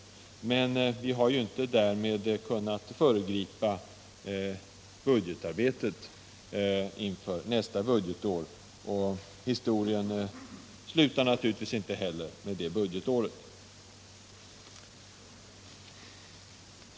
Men vi har här inte kunnat föregripa budgetarbetet inför nästa budgetår, och historien slutar naturligtvis inte heller med det budgetåret.